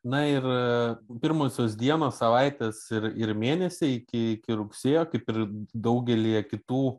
na ir pirmosios dienos savaitės ir ir mėnesiai iki rugsėjo kaip ir daugelyje kitų